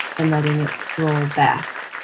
and letting it roll back.